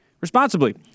responsibly